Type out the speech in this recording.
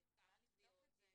של כמה תביעות יש.